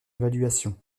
évaluation